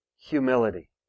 humility